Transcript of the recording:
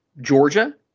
Georgia